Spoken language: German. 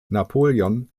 napoleon